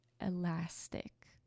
elastic